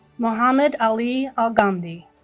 mohammed ali alghamdi